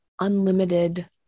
unlimited